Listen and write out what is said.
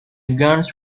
guns